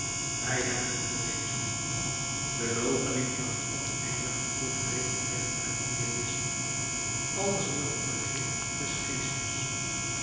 wij hebben het bewezen de loochening van het oneindige voert regelrecht naar het nihilisme alles wordt een begrip des geestes met